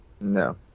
No